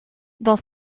dans